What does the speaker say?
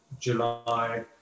July